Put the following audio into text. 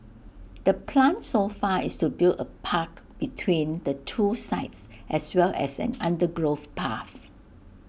the plan so far is to build A park between the two sites as well as an undergrowth path